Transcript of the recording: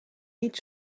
niet